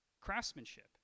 craftsmanship